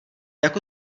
jako